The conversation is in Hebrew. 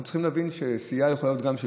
אנחנו צריכים להבין שסיעה יכולה להיות גם של